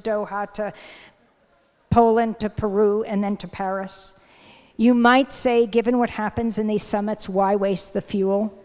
doha to poland to peru and then to paris you might say given what happens in these summits why waste the fuel